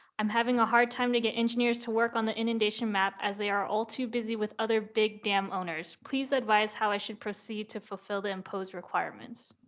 i'm having a hard time to get engineers to work on the inundation map as they are all too busy with other big dam owners. please advise how i should proceed to fulfill the imposed requirements.